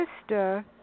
sister